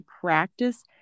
practice